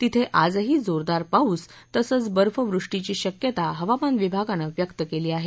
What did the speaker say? तिथे आजही जोरदार पाऊस तसंच बर्फवृष्टीची शक्यता हवामान विभागानं व्यक्त केली आहे